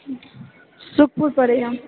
Sukhpur Paraiya